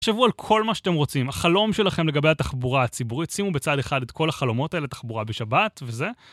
תחשבו על כל מה שאתם רוצים, החלום שלכם לגבי התחבורה הציבורית. שימו בצד אחד את כל החלומות האלה, תחבורה בשבת וזה.